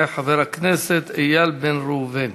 יעלה חבר הכנסת איל בן ראובן,